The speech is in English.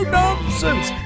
nonsense